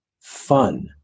fun